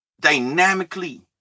dynamically